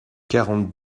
quarante